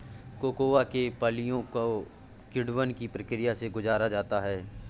cocoa के फलियों को किण्वन की प्रक्रिया से गुजारा जाता है